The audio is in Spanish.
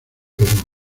perú